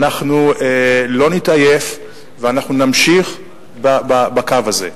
אנחנו לא נתעייף, ואנחנו נמשיך בקו הזה.